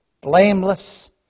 blameless